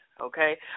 okay